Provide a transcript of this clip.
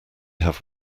have